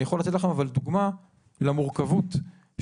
אני יכול לתת לכם אבל דוגמה למורכבות של